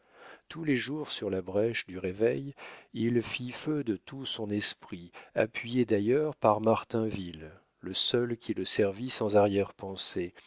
tous les jours sur la brèche du réveil il fit feu de tout son esprit appuyé d'ailleurs par martinville le seul qui le servît sans arrière-pensée